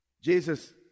Jesus